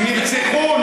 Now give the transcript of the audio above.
הם נרצחו.